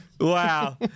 Wow